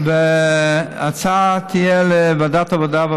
וההצעה תעבור לוועדת העבודה,